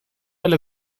alle